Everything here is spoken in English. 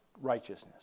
righteousness